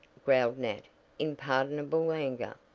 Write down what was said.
growled nat in pardonable anger.